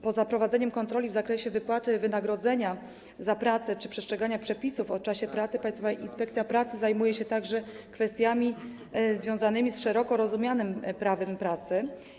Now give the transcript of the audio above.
Poza prowadzeniem kontroli w zakresie wypłaty wynagrodzenia za pracę czy przestrzegania przepisów o czasie pracy Państwowa Inspekcja Pracy zajmuje się także kwestiami związanymi z szeroko rozumianym prawem pracy.